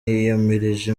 yiyamirije